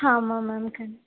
ஆமாம் மேம் கன்